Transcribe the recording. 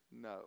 no